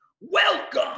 Welcome